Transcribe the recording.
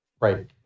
Right